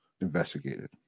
investigated